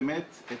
את